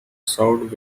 served